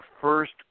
first